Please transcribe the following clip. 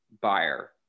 buyer